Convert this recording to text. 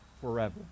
forever